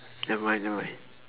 nevermind nevermind